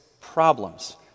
problems